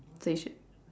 so you should